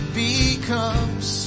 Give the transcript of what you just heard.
becomes